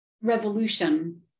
revolution